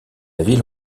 ville